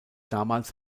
damals